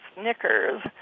Snickers